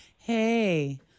Hey